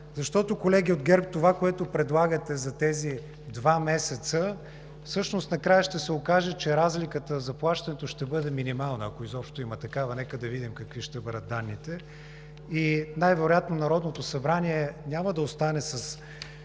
Защото, колеги от ГЕРБ, това, което предлагате за тези два месеца, всъщност накрая ще се окаже, че разликата в заплащането ще бъде минимална, ако изобщо има такава – нека да видим какви ще бъдат данните. И най-вероятно Народното събрание няма да остане с